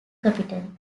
capital